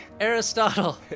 Aristotle